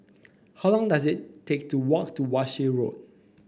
how long does it take to walk to Walsh Road